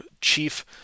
chief